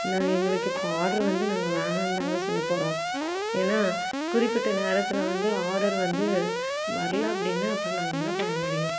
நான் எங்களுக்கு இப்போ ஆர்டர் வந்து நாங்கள் வேணாம்னு தாங்க சொல்லப் போகிறோம் ஏன்னா குறிப்பிட்ட நேரத்தில் வந்து ஆர்டர் வந்து வரலை அப்படின்னா அப்புறம் நாங்கள் என்ன பண்ண முடியும்